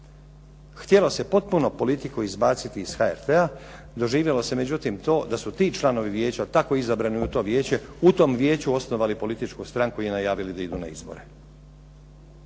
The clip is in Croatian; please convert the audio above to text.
Htjelo se potpuno politiku izbaciti iz HRT-a, doživjelo se međutim to da su ti članovi vijeća, tako izabrani u to vijeće, u tom vijeću osnovali političku stranku i najavili da idu na izbore.